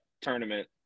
tournament